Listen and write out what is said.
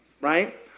right